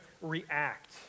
react